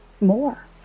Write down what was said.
more